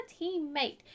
teammate